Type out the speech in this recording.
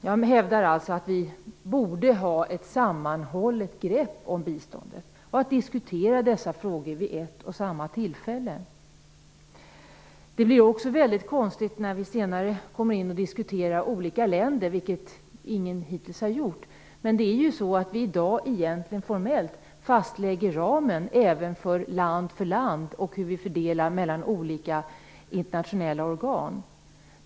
Jag hävdar alltså att vi borde ha ett sammanhållet grepp om biståndet och diskutera dessa frågor vid ett och samma tillfälle. Det blir också väldigt konstigt när vi senare kommer att diskutera olika länder, vilket ingen hittills har gjort. I dag fastlägger vi egentligen formellt ramen även land för land och fördelningen mellan olika internationella organ.